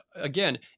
again